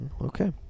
Okay